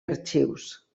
arxius